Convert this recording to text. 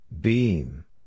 Beam